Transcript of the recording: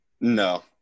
No